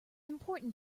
important